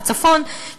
לצפון,